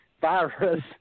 virus